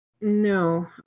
No